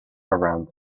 around